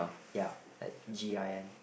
ya Gin